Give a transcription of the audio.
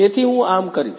તેથી હું આમ કરીશ